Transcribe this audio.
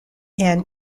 ann